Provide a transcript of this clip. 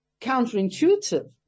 counterintuitive